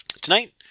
Tonight